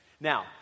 Now